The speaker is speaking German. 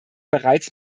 bereits